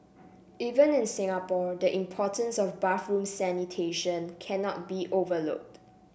even in Singapore the importance of bathroom sanitation cannot be overlooked